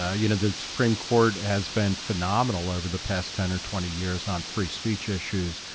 ah you know, the supreme court has been phenomenal over the past ten or twenty years on free speech issues,